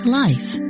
life